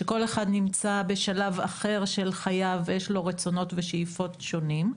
שכל אחד נמצא בשלב אחר של חייו ויש לו רצונות ושאיפות שונים,